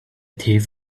thief